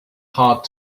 hard